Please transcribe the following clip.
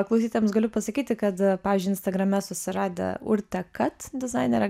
klausytojams galiu pasakyti kad pavyzdžiui instagrame susiradę urtę kat dizainerę